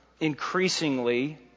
increasingly